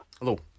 Hello